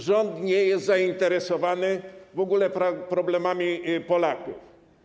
Rząd nie jest zainteresowany w ogóle problemami Polaków.